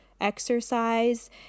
exercise